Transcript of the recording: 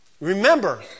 Remember